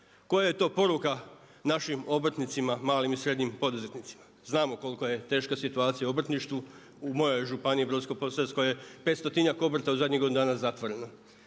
koja je to poruka našim obrtnicima, malim i srednjim poduzetnicima? Znamo koliko je teška situacija u obrtništvu. U mojoj županiji Brodsko-posavskoj je petstotinjak obrta u zadnjih godinu dana zatvoreno.